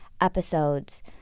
episodes